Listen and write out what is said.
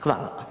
Hvala.